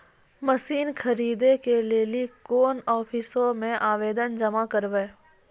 Machine खरीदै के लेली कोन आफिसों मे आवेदन जमा करवै?